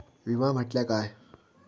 विमा म्हटल्या काय?